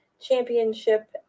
championship